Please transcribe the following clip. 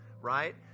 right